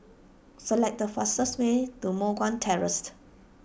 select the fastest way to Moh Guan Terraced